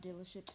dealership